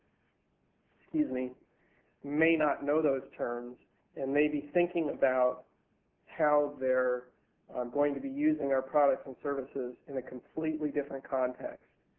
excuse me n may not know those terms and may be thinking about how theyire going to be using our products and services in a completely different context.